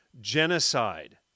genocide